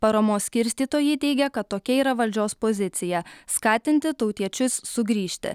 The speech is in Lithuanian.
paramos skirstytojai teigia kad tokia yra valdžios pozicija skatinti tautiečius sugrįžti